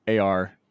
ar